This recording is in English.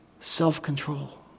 self-control